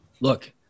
look